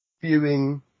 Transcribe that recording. viewing